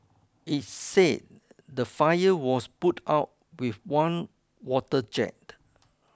it said the fire was put out with one water jet